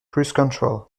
cruisecontrol